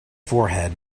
forehead